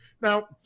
Now